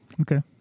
Okay